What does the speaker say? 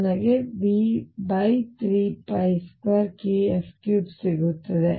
ನನಗೆ V32kF3 ಸಿಗುತ್ತದೆ